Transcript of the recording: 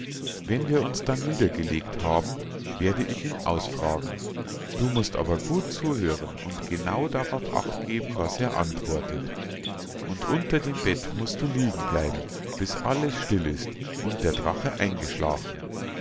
wenn wir uns dann niedergelegt haben werde ich ihn ausfragen du musst aber gut zuhören und genau darauf acht geben was er antwortet und unter dem bett musst du liegen bleiben bis alles still ist und der drache eingeschlafen